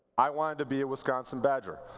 i wanted to be a wisconsin badger.